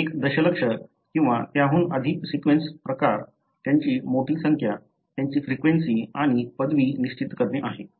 एक दशलक्ष किंवा त्याहून अधिक सीक्वेन्स प्रकार त्यांची मोठी संख्या त्यांची फ्रिक्वेंसी आणि पदवी निश्चित करणे आहे